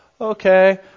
Okay